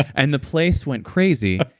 and the place went crazy.